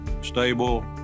stable